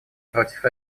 против